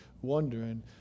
wondering